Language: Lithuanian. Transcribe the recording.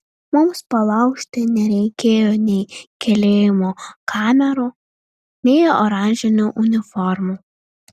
mums palaužti nereikėjo nei kalėjimo kamerų nei oranžinių uniformų